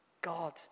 God